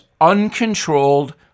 uncontrolled